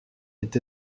est